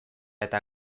eta